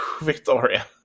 Victoria